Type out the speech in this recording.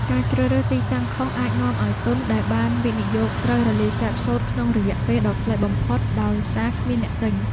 ការជ្រើសរើសទីតាំងខុសអាចនាំឱ្យទុនដែលបានវិនិយោគត្រូវរលាយសាបសូន្យក្នុងរយៈពេលដ៏ខ្លីបំផុតដោយសារគ្មានអ្នកទិញ។